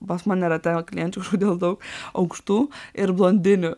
pas mane rate vat klienčių kažkodėl daug aukštų ir blondinių